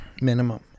Minimum